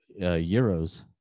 Euros